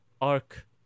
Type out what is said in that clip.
arc